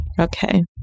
Okay